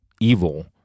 evil